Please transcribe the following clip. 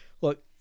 look